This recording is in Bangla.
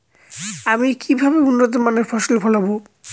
আমি কিভাবে উন্নত মানের ফসল ফলাবো?